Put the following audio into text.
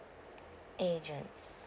agent